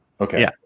Okay